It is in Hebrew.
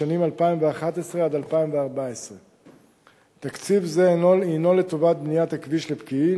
לשנים 2011 2014. תקציב זה הינו לטובת בניית הכביש לפקיעין,